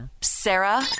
Sarah